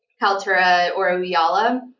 kaltura, or ah yeah ooyala,